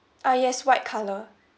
ah yes white colour